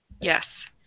yes